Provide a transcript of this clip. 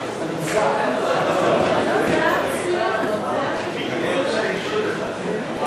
ייצוג הולם לנשים בוועדה לבחירת שופטים),